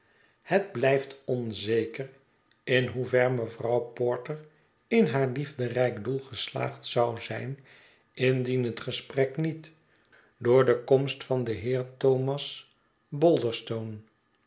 het blijft onzeker in hoe ver mevrouw porter in haar liefderijk doel geslaagd zou zijn indien het gesprek niet door de komst van den heer thomas